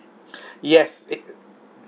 yes it